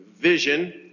vision